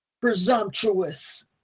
presumptuous